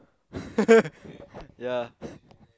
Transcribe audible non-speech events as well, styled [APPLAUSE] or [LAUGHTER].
[LAUGHS] ya